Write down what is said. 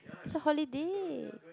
it's a holiday